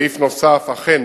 סעיף נוסף: אכן,